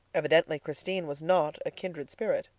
evidently christine was not a kindred spirit.